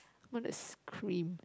what is cream